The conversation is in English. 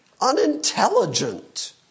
unintelligent